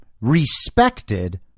respected